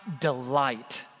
delight